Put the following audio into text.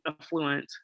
affluent